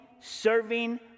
serving